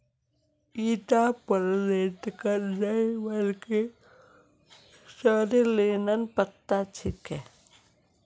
ईटा पलकेर नइ बल्कि सॉरेलेर पत्ता छिके